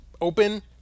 open